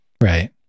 Right